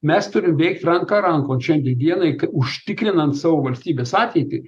mes turim veikt ranka rankon šiandien dienai kai užtikrinant savo valstybės ateitį